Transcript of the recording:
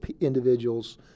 individuals